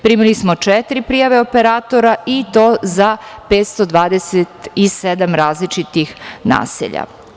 Primili smo četiri prijave operatora i to za 527 različitih naselja.